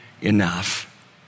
enough